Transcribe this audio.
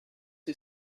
who